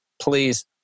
please